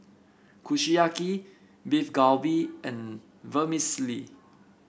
Kushiyaki Beef Galbi and Vermicelli